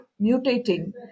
mutating